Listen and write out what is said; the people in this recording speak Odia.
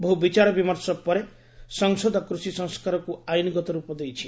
ବହୁ ବିଚାରବିମର୍ଷ ପରେ ସଂସଦ କୃଷି ସଂସ୍କାରକୁ ଆଇନ୍ଗତ ରୂପ ଦେଇଛି